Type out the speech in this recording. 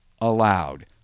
allowed